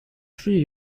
three